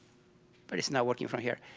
but it's not working from here.